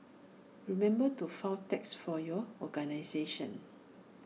remember to file tax for your organisation